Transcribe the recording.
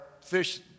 fish